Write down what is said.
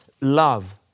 love